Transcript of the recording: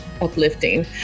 uplifting